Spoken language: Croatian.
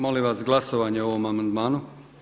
Molim vas glasovanje o ovom amandmanu.